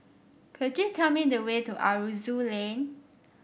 could you tell me the way to Aroozoo Lane